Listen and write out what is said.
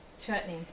chutney